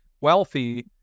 wealthy